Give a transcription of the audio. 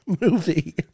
movie